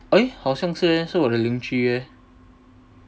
eh 好像是呃是我的邻居呃